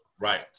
right